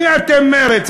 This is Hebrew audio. מי אתם, מרצ?